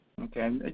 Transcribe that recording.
Okay